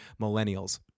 millennials